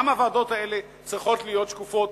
גם הוועדות האלה צריכות להיות שקופות.